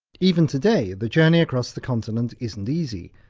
even today the journey across the continent isn't easy,